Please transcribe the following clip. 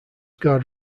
guard